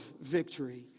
victory